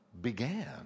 began